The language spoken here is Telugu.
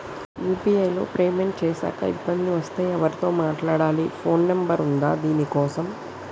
యూ.పీ.ఐ లో పేమెంట్ చేశాక ఇబ్బంది వస్తే ఎవరితో మాట్లాడాలి? ఫోన్ నంబర్ ఉందా దీనికోసం?